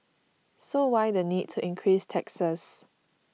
so why the need to increase taxes